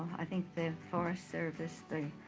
i think the forest services, the